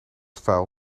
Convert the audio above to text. vuil